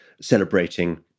celebrating